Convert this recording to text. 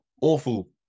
awful